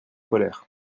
colère